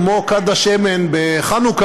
כמו כד השמן בחנוכה,